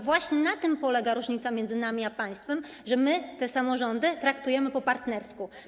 Właśnie na tym polega różnica między nami a państwem, że my te samorządy traktujemy po partnersku.